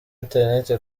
internet